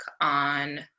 on